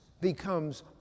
becomes